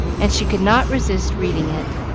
and she could not resist reading it.